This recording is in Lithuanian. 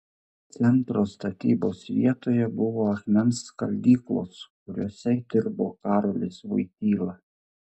centro statybos vietoje buvo akmens skaldyklos kuriose dirbo karolis vojtyla